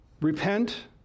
repent